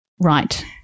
right